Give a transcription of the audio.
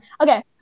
Okay